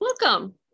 Welcome